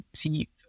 deep